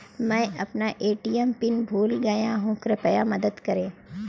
मैं अपना ATM PIN भूल गया हूँ, कृपया मदद करें